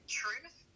truth